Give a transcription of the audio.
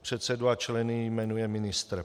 Předsedu a členy jmenuje ministr.